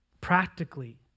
practically